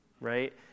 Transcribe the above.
right